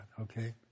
Okay